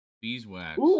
Beeswax